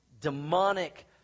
demonic